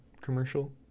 commercial